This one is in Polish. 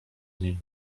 niej